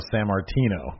Sammartino